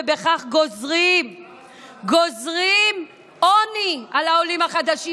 ובכך גוזרים עוני על העולים החדשים.